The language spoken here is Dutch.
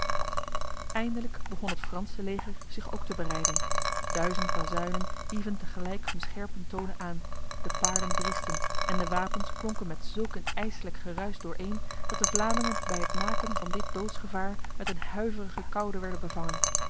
eindelijk begon het franse leger zich ook te bereiden duizend bazuinen hieven tegelijk hun scherpe tonen aan de paarden briesten en de wapens klonken met zulk een ijslijk geruis dooreen dat de vlamingen bij het naken van dit doodsgevaar met een huiverige koude werden bevangen